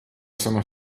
sono